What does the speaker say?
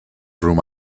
through